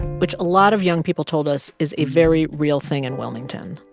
which a lot of young people told us is a very real thing in wilmington.